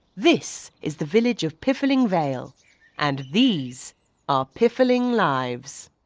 this is the village of piffling vale and these are piffling lives.